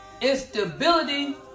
instability